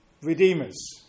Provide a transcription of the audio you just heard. redeemers